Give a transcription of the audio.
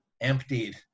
emptied